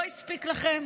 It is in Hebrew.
לא הספיק לכם?